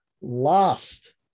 Lost